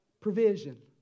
Provision